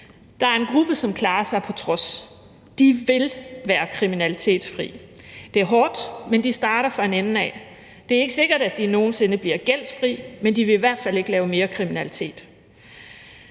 Der er en gruppe, som klarer sig på trods. De vil være kriminalitetsfri. Det er hårdt, men de starter fra en ende af. Det er ikke sikkert, at de nogen sinde bliver gældfri, men de vil i hvert fald ikke lave mere kriminalitet.